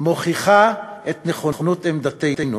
מוכיחה את נכונות עמדתנו